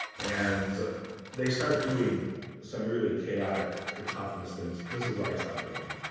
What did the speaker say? and they start doing some really chaotic, cacophonous things. this is where i stopped writing.